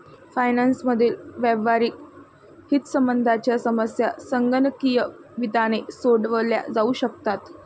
finance मधील व्यावहारिक हितसंबंधांच्या समस्या संगणकीय वित्ताने सोडवल्या जाऊ शकतात